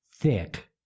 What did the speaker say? thick